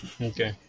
Okay